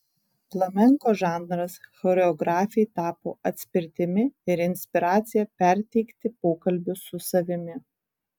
flamenko žanras choreografei tapo atspirtimi ir inspiracija perteikti pokalbius su savimi